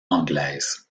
anglaise